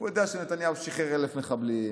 הוא יודע שנתניהו שחרר 1,000 מחבלים.